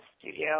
studio